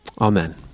Amen